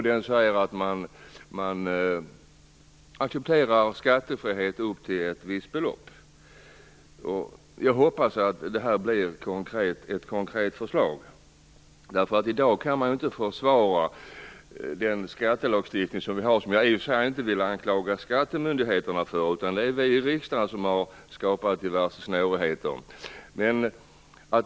Man säger att man accepterar skattefrihet upp till ett visst belopp. Jag hoppas att det här blir ett konkret förslag. I dag kan man inte försvara skattelagstiftningen, som jag i och för sig inte vill anklaga skattemyndigheterna för. Det är vi i riksdagen som har skapat diverse snårigheter.